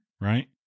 right